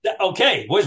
okay